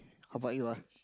how about you ah